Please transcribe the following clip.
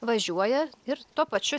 važiuoja ir tuo pačiu